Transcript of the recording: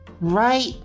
right